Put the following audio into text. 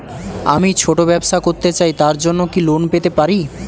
আমি ছোট ব্যবসা করতে চাই তার জন্য কি লোন পেতে পারি?